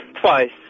twice